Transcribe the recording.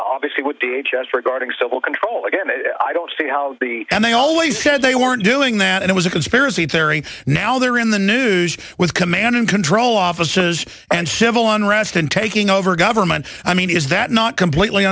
obviously with the h s regarding civil control again i don't see how the and they always said they weren't doing that and it was a conspiracy theory and now they're in the news with command and control officers and civil unrest and taking over government i mean is that not completely